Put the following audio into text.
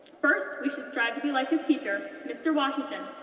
first, we should strive to be like his teacher, mr. washington,